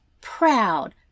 proud